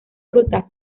frutas